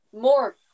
more